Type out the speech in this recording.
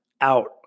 out